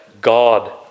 God